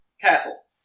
castle